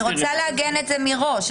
אני רוצה לעגן את זה מראש.